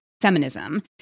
feminism